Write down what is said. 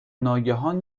ناگهان